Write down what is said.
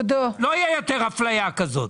לא תהיה יותר אפליה כזאת.